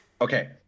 Okay